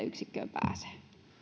yksikköön pääsee